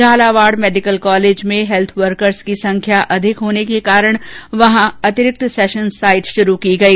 Jhalawar medical college में health workers की संख्या अधिक होने के कारण वहां अतिरिक्त सैशन साइट शुरू की गई